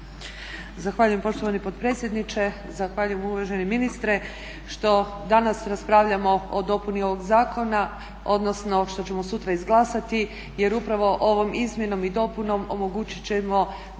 Zahvaljujem poštovani potpredsjedniče, zahvaljujem uvaženi ministre što danas raspravljamo o dopuni ovog zakona, odnosno što ćemo sutra izglasati jer upravo ovom izmjenom i dopunom omogućiti ćemo da